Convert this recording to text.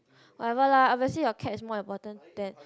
whatever lah obviously your cat is more important than